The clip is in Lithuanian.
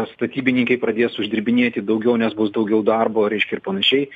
statybininkai pradės uždirbinėti daugiau nes bus daugiau darbo reiškia ir panašiai